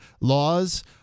laws